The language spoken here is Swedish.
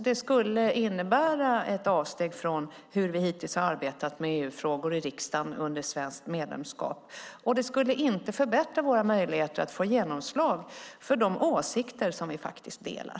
Det skulle innebära ett avsteg från hur vi hittills har arbetat med EU-frågor i riksdagen under svenskt medlemskap. Det skulle inte förbättra våra möjligheter att få genomslag för de åsikter som vi faktiskt delar.